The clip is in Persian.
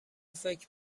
فکر